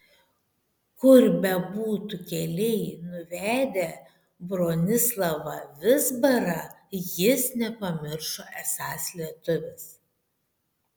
kur bebūtų keliai nuvedę bronislavą vizbarą jis nepamiršo esąs lietuvis